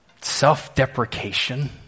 self-deprecation